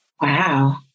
Wow